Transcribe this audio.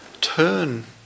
turn